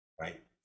Right